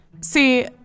See